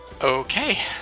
Okay